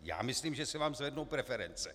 Já myslím, že se vám zvednou preference.